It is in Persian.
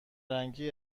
رنگی